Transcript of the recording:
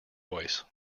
voice